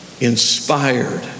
inspired